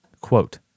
Quote